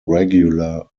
regular